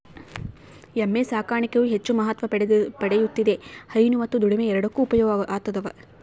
ಎಮ್ಮೆ ಸಾಕಾಣಿಕೆಯು ಹೆಚ್ಚು ಮಹತ್ವ ಪಡೆಯುತ್ತಿದೆ ಹೈನು ಮತ್ತು ದುಡಿಮೆ ಎರಡಕ್ಕೂ ಉಪಯೋಗ ಆತದವ